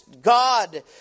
God